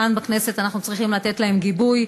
כאן בכנסת אנחנו צריכים לתת להם גיבוי,